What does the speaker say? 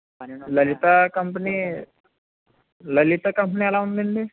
లలిత company Lalitha company ఎలా ఉందండి